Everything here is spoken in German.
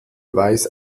weiß